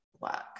work